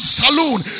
saloon